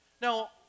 Now